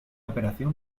operación